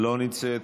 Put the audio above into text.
לא נמצאת,